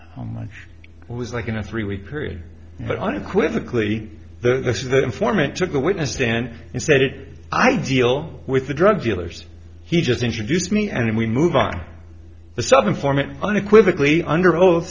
how much it was like in a three week period but unequivocally the informant took the witness stand and stated i deal with the drug dealers he just introduced me and then we move on the southern form it unequivocally under oath